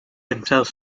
himself